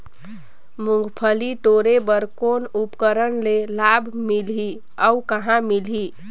मुंगफली टोरे बर कौन उपकरण ले लाभ मिलही अउ कहाँ मिलही?